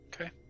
Okay